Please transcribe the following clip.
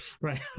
right